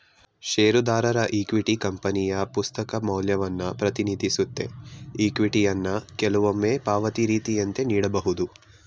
ಷೇರುದಾರರ ಇಕ್ವಿಟಿ ಕಂಪನಿಯ ಪುಸ್ತಕ ಮೌಲ್ಯವನ್ನ ಪ್ರತಿನಿಧಿಸುತ್ತೆ ಇಕ್ವಿಟಿಯನ್ನ ಕೆಲವೊಮ್ಮೆ ಪಾವತಿ ರೀತಿಯಂತೆ ನೀಡಬಹುದು